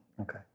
Okay